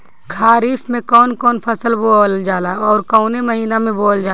खरिफ में कौन कौं फसल बोवल जाला अउर काउने महीने में बोवेल जाला?